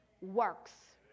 works